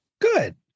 Good